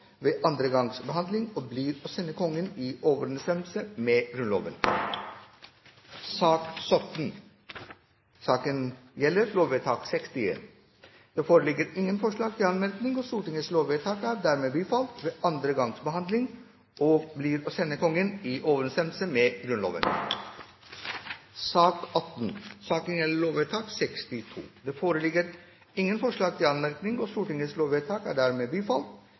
ved andre gangs behandling og blir å sende Kongen i overensstemmelse med Grunnloven. Det foreligger ingen forslag til anmerkning. Stortingets lovvedtak er dermed bifalt ved andre gangs behandling og blir å sende Kongen i overensstemmelse med Grunnloven. Det foreligger ingen forslag til anmerkning. Stortingets lovvedtak er dermed